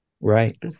right